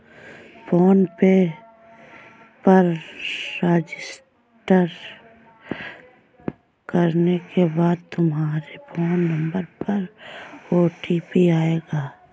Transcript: phone पे पर register करने के बाद तुम्हारे फोन नंबर पर ओ.टी.पी आएगा